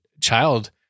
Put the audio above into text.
child